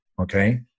okay